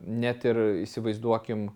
net ir įsivaizduokim